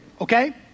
okay